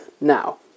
Now